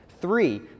three